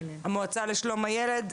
המועצה לשלום הילד,